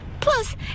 Plus